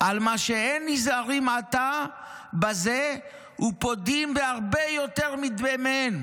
על מה שאין נזהרין עתה בזה ופודין בהרבה יותר מדמיהן,